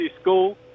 school